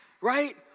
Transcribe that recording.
right